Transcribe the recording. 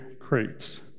crates